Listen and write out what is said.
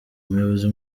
umuyobozi